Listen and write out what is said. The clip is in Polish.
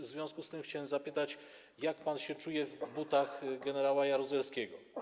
W związku z tym chciałbym zapytać, jak pan się czuje w butach gen. Jaruzelskiego.